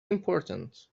important